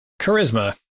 charisma